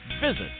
Visit